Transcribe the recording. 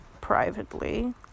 privately